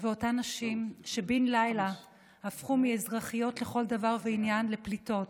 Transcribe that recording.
ואותן נשים שבן לילה הפכו מאזרחיות לכל דבר ועניין לפליטות,